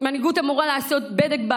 מנהיגות אמורה לעשות בדק בית,